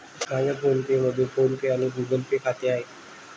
माझ्या फोनमध्ये PhonePe आणि गुगल पे खाते आहे